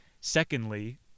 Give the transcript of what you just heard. Secondly